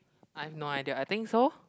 I'm no idea I think so